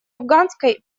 афганской